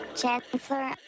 Chancellor